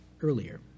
earlier